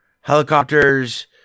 helicopters